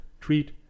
Treat